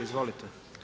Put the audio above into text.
Izvolite.